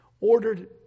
ordered